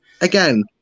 again